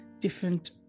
different